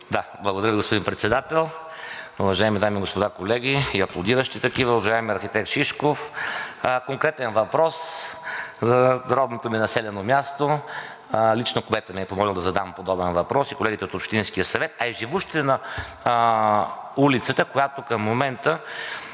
Благодаря, господин Председател. Уважаеми дами и господа, колеги и аплодиращи такива! Уважаеми архитект Шишков, конкретен въпрос за родното ми населено място, лично кметът ме е помолил да задам подобен въпрос и колегите от Общинския съвет, а и живущите на улицата, която към момента,